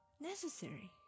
necessary